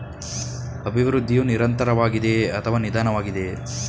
ಅಭಿವೃದ್ಧಿಯು ನಿರಂತರವಾಗಿದೆಯೇ ಅಥವಾ ನಿಧಾನವಾಗಿದೆಯೇ?